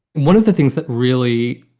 one of the things that really,